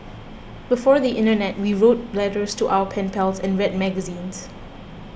before the internet we wrote letters to our pen pals and read magazines